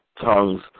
tongues